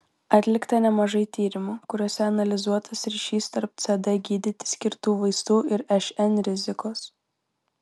atlikta nemažai tyrimų kuriuose analizuotas ryšys tarp cd gydyti skirtų vaistų ir šn rizikos